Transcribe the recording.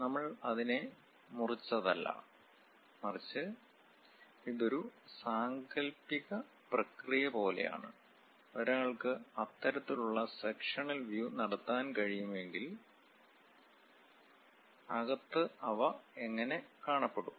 നമ്മൾ അതിനെ മുറിച്ചതല്ല മറിച്ച് ഇത് ഒരു സാങ്കൽപ്പിക പ്രക്രിയ പോലെയാണ് ഒരാൾക്ക് അത്തരത്തിലുള്ള സെക്ഷനൽ വ്യൂ നടത്താൻ കഴിയുമെങ്കിൽ അകത്ത് അവ എങ്ങനെ കാണപ്പെടും